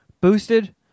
boosted